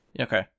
Okay